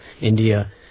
India